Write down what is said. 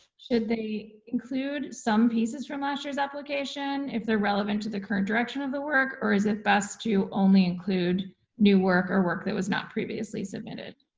should they include some pieces from last year's application if they're relevant to the current direction of the work or is it best to only include new work or work that was not previously submitted?